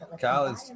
college